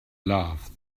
love